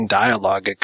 dialogue